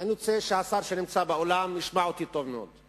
ואני רוצה שהשר שנמצא באולם ישמע אותי טוב מאוד,